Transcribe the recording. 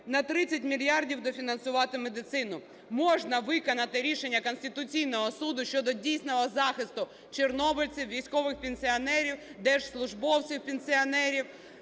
На 30 мільярдів дофінансувати медицину. Можна виконати рішення Конституційного Суду щодо дійсного захисту чорнобильців, військових пенсіонерів, держслужбовців пенсіонерів,